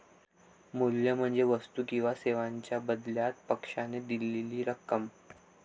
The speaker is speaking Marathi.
मूल्य म्हणजे वस्तू किंवा सेवांच्या बदल्यात पक्षाने दिलेली रक्कम